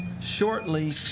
shortly